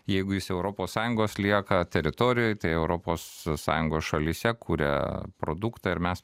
jeigu jis europos sąjungos lieka teritorijoj tai europos sąjungos šalyse kuria produktą ir mes